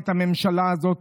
את הממשלה הזאת,